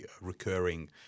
recurring